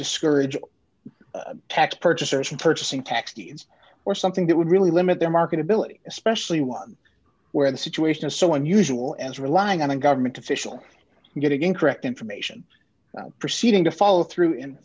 discourage tax purchasers from purchasing taxis or something that would really limit their market ability especially one where the situation is so unusual as relying on a government official getting incorrect information proceeding to follow through and